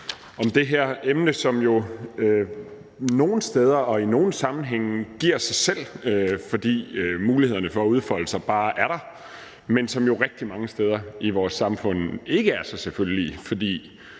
om det her emne, som nogle steder og i nogle sammenhænge giver sig selv, fordi mulighederne for at udfolde sig bare er der, men som jo rigtig mange steder i vores samfund ikke er så selvfølgelige, fordi